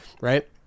Right